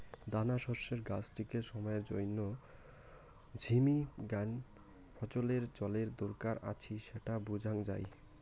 দানাশস্যের গাছটিকে সময়ের জইন্যে ঝিমি গ্যানে ফছলের জলের দরকার আছি স্যাটা বুঝাং যাই